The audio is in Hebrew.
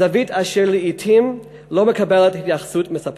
זווית אשר לעתים לא מקבלת התייחסות מספקת.